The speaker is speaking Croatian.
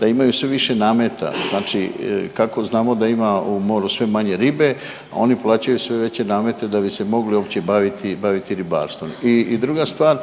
da imaju sve više nameta. Znači kako znamo da ima u moru sve manje ribe? Oni plaćaju sve veće namete da bi se mogli uopće baviti, baviti ribarstvom. I druga stvar,